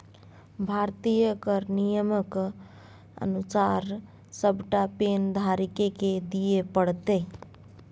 भारतीय कर नियमक अनुसार सभटा पैन धारीकेँ कर दिअ पड़तै